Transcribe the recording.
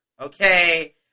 Okay